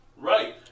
Right